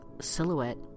silhouette